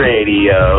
Radio